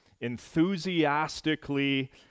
enthusiastically